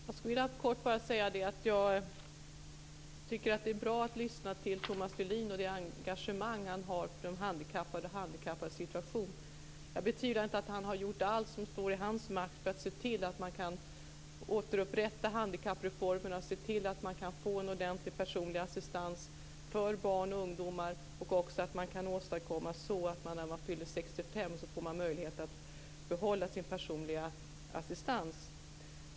Fru talman! Jag skulle kortfattat vilja säga att jag tycker att det är bra att lyssna till Thomas Julin och det engagemang som han har för de handikappade och deras situation. Jag betvivlar inte att han har gjort allt som står i hans makt för att se till att man kan återupprätta handikappreformerna och se till att man kan få en ordentlig personlig assistans för barn och ungdomar och att man också kan åstadkomma att handikappade när de fyller 65 år har möjlighet att behålla sin personliga assistans.